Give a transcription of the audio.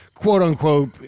quote-unquote